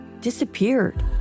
disappeared